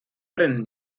brennen